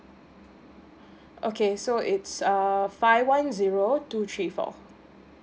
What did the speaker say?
okay so it's err five one zero two three four